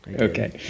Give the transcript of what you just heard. okay